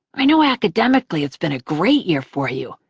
i know academically it's been a great year for you.